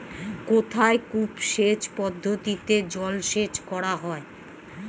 কোথায় কূপ সেচ পদ্ধতিতে জলসেচ করা হয়?